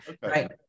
right